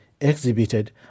exhibited